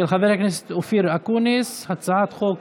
של חבר הכנסת אופיר אקוניס, הצעת חוק